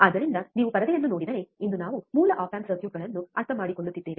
ಆದ್ದರಿಂದ ನೀವು ಪರದೆಯನ್ನು ನೋಡಿದರೆ ಇಂದು ನಾವು ಮೂಲ ಆಪ್ ಆಂಪ್ ಸರ್ಕ್ಯೂಟ್ಗಳನ್ನು ಅರ್ಥಮಾಡಿಕೊಳ್ಳುತ್ತಿದ್ದೇವೆ